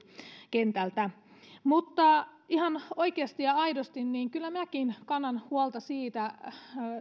kentältä ihan oikeasti ja aidosti kyllä minäkin kannan huolta